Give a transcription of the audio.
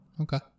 Okay